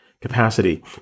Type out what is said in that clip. capacity